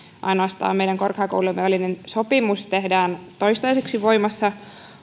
ainoastaan meidän korkeakouluja koskeva sopimus tehdään toistaiseksi voimassa